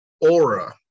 aura